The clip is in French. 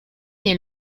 est